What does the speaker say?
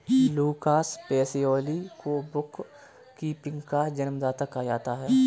Lucas Pacioli को book keeping का जन्मदाता कहा जाता है